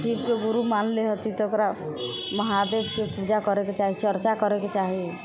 शिवके गुरु मानले हथी तऽ ओकरा महादेवके पूजा करैके चाही चर्चा करैके चाही